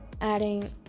adding